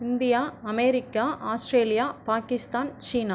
India America Australia Pakistan China